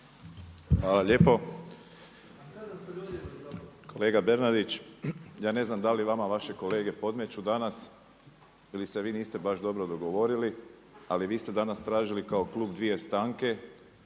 Hvala lijepo. Kolega Bernardić, ja ne znam da li vama vaše kolege podmeću danas ili se vi niste baš dobro dogovorili, ali vi ste danas tražili kao klub dvije stanke.